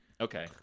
Okay